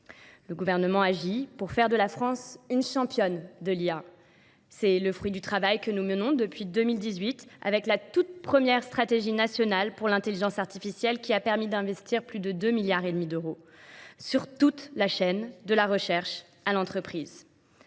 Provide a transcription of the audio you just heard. Le gouvernement agit pour faire de la France une championne de l'IA. C'est le fruit du travail que nous menons depuis 2018 avec la toute première stratégie nationale pour l'intelligence artificielle qui a permis d'investir plus de 2 milliards et demi d'euros sur toute la chaîne de la recherche à l'entreprise.